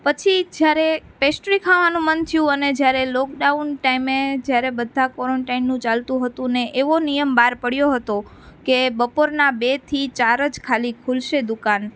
પછી જ્યારે પેસ્ટ્રી ખાવાનું મન થયું અને જ્યારે લોકડાઉન ટાઈમે જ્યારે બધા ક્વોરનટાઈનનું ચાલતું હતું ને એવો નિયમ બહાર પડ્યો હતો કે બપોરના બેથી ચાર જ ખાલી ખૂલશે દુકાન